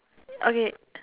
okay